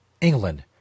England